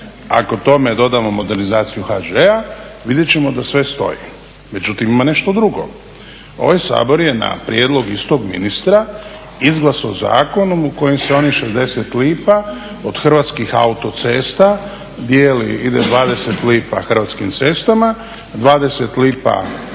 ako tome dodamo modernizaciju HŽ-a vidjet ćemo da sve stoji. Međutim, ima nešto drugo. Ovaj Sabor je na prijedlog istog ministra izglasao zakon u kojem se onih 60 lipa od Hrvatskih autocesta dijeli, ide 20 lipa Hrvatskim cestama, 20 lipa